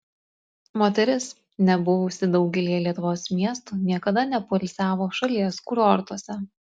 moteris nebuvusi daugelyje lietuvos miestų niekada nepoilsiavo šalies kurortuose